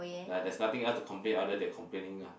ya there's nothing else to complain other than complaining ah